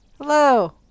Hello